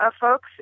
folks